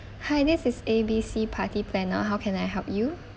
hi this is A B C party planner how can I help you